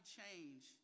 change